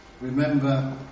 Remember